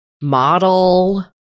model